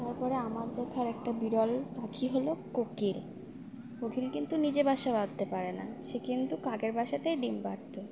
তারপরে আমার দেখার একটা বিরল পাখি হলো কোকিল কোকিল কিন্তু নিজে বাসা বাঁধতে পারে না সে কিন্তু কাকের বাসাতেই ডিম বাড়তো